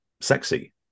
sexy